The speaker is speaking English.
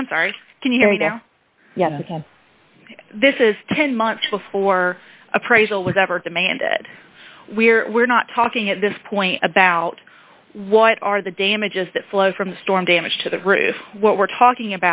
i'm sorry can you hear me now yes ma'am this is ten months before appraisal was ever demanded we're we're not talking at this point about what are the damages that flow from the storm damage to the roof what we're talking